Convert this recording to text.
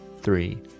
three